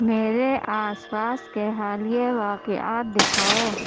میرے آس پاس کے حالیہ واقعات دکھاؤ